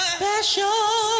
special